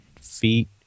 feet